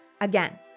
Again